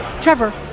Trevor